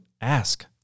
ask